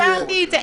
אמרתי את זה.